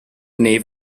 nave